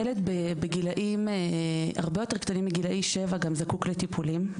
ילד בגילאים הרבה יותר קטנים מגילאי שבע גם זקוק לטיפולים.